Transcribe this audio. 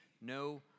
no